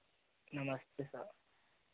नमस्ते सर